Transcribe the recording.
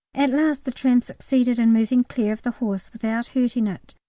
at last the tram succeeded in moving clear of the horse without hurting it,